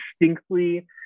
distinctly